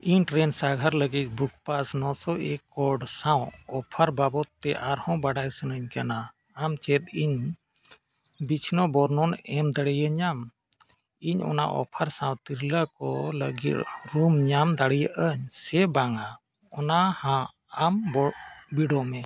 ᱤᱧ ᱴᱨᱮᱱ ᱥᱟᱸᱜᱷᱟᱨ ᱞᱟᱹᱜᱤᱫ ᱵᱩᱠ ᱯᱟᱥ ᱱᱚᱥᱚ ᱮᱠ ᱠᱳᱰ ᱥᱟᱶ ᱚᱯᱷᱟᱨ ᱵᱟᱵᱚᱫᱽ ᱛᱮ ᱟᱨᱦᱚᱸ ᱵᱟᱰᱟᱭ ᱥᱟᱹᱱᱟᱹᱧ ᱠᱟᱱᱟ ᱟᱢ ᱪᱮᱫ ᱤᱧ ᱵᱤᱪᱷᱱᱟᱹ ᱵᱚᱨᱱᱚᱱ ᱮᱢ ᱫᱟᱲᱮᱭᱟᱹᱧᱟᱢ ᱤᱧ ᱚᱱᱟ ᱚᱯᱷᱟᱨ ᱥᱟᱶ ᱛᱤᱨᱞᱟᱹ ᱠᱚ ᱞᱟᱹᱜᱤᱫ ᱨᱩᱢ ᱧᱟᱢ ᱫᱟᱲᱮᱭᱟᱜ ᱟᱹᱧ ᱥᱮ ᱵᱟᱝ ᱚᱱᱟ ᱦᱚᱸ ᱟᱢ ᱵᱚ ᱵᱤᱰᱟᱹᱣ ᱢᱮ